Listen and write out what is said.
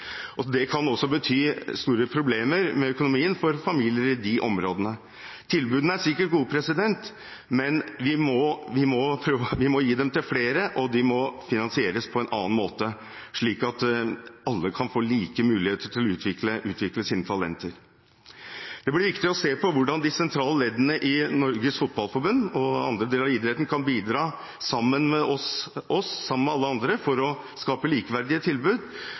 det bredeste tilbudet. Det kan bety store problemer med økonomien for familier i de områdene. Tilbudene er sikkert gode, men vi må gi dem til flere, og de må finansieres på en annen måte, slik at alle kan få like muligheter til å utvikle sine talenter. Det blir viktig å se på hvordan de sentrale leddene i Norges Fotballforbund og andre deler av idretten kan bidra sammen med oss – sammen med alle andre – for å skape likeverdige tilbud.